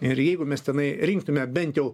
ir jeigu mes tenai rinktume bent jau